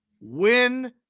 win